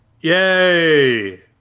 Yay